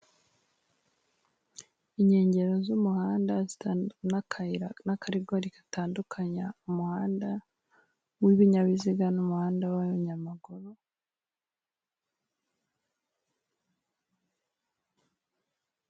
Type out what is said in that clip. Inkengero z'umuhanda n'akayira n'akarigori gatandukanya umuhanda w'ibinyabiziga n'umuhanda wayamaguru.